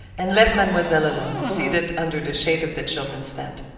and left mademoiselle alone, seated under the shade of the children's tent.